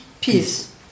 peace